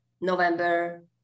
November